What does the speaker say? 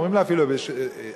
ואומרים אפילו 25%,